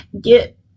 get